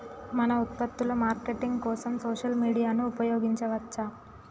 మన ఉత్పత్తుల మార్కెటింగ్ కోసం సోషల్ మీడియాను ఉపయోగించవచ్చా?